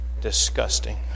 Disgusting